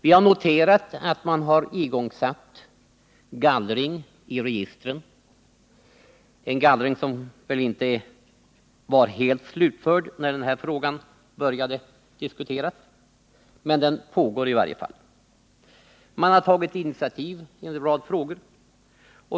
Vi har noterat att man har satt i gång en gallring i registren —en gallring som väl inte var helt slutförd när denna fråga började diskuteras, men den pågår i varje fall. Man har vidare tagit initiativ i en rad frågor.